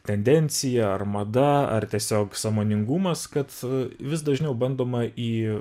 tendencija ar mada ar tiesiog sąmoningumas kad vis dažniau bandoma į